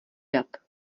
dat